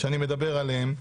שאני מדבר עליהם,